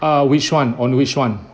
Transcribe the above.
err which one on which one